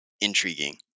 intriguing